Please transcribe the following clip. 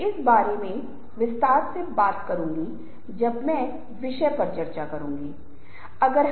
इसलिए समूह में बोलते हुए हम में से अधिकांश को एक या दो अन्य लोगों के साथ बातचीत करना अपेक्षाकृत आसान लगता है